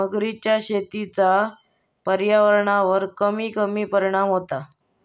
मगरीच्या शेतीचा पर्यावरणावर कमीत कमी परिणाम होता